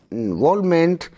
involvement